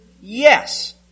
Yes